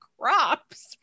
crops